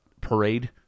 parade